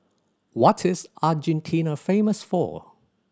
what is Argentina famous for